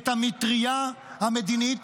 את המטרייה המדינית.